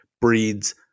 breeds